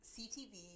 CTV